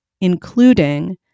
including